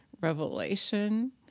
revelation